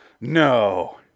No